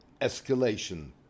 escalation